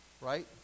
Right